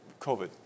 COVID